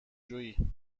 جویی